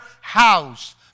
house